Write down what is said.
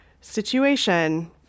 situation